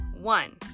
one